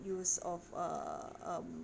use of uh um